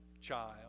child